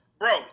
bro